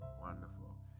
Wonderful